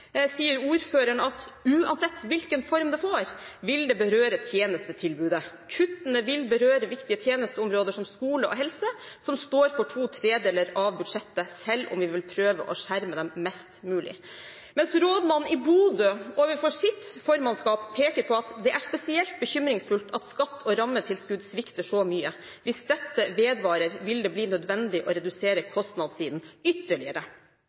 sier ordføreren at «uansett hvilken form det får, vil det berøre tjenestetilbudet». Og videre: «Kuttene vil berøre viktige tjenesteområder som skole og helse som står for to tredeler av budsjettet, selv om vi vil prøve å skjerme dem mest mulig.» Rådmannen i Bodø peker overfor sitt formannskap på følgende: «Det er spesielt bekymringsfullt at skatt- og rammetilskudd svikter så mye. Hvis dette vedvarer vil det bli nødvendig å redusere kostnadssiden ytterligere.»